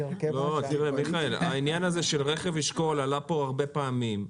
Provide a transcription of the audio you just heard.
עניין רכב אשכול עלה פה הרבה פעמים.